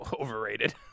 overrated